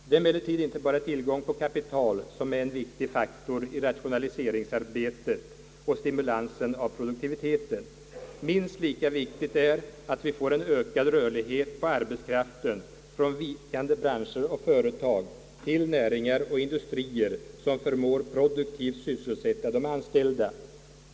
Det är emellertid inte bara tillgången till kapital som är en viktig faktor i rationaliseringsarbetet och stimulansen av produktiviteten. Minst lika viktigt är att vi får en ökad rörlighet på arbetskraften från vikande branscher och företag till näringar och industrier som förmår produktivt sysselsätta de anställda.